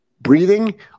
breathing